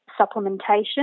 supplementation